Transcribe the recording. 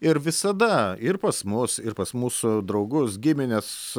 ir visada ir pas mus ir pas mūsų draugus gimines